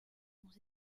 ont